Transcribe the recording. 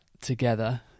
together